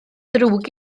drwg